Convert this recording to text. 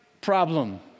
problem